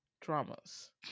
Dramas